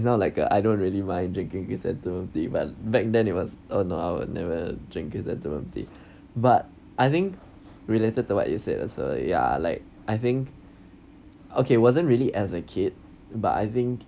know like ah I don't really mind drinking chrysanthemum tea but back then it was oh no I would never drink chrysanthemum tea but I think related to what you said as a ya like I think okay wasn't really as a kid but I think